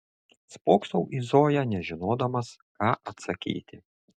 spoksau į zoją nežinodamas ką atsakyti